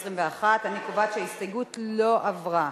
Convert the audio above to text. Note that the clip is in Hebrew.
21. אני קובעת שההסתייגות לא עברה.